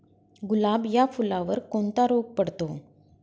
गुलाब या फुलावर कोणता रोग पडतो?